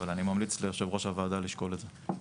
אבל אני ממליץ ליושב-ראש הוועדה לשקול את זה.